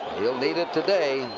he'll need it today.